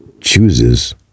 chooses